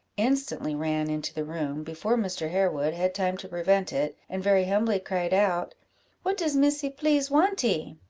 instantly ran into the room, before mr. harewood had time to prevent it, and very humbly cried out what does missy please wanty?